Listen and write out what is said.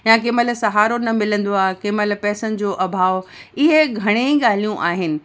या केमहिल सहारो न मिलंदो आहे केमहिल पैसनि जो अभाव इहे घणेईं ॻाल्हियूं आहिनि